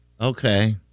Okay